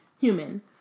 human